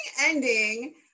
ending